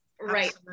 Right